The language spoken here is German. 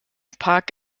park